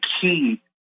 key